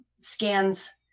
scans